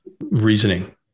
reasoning